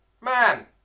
Man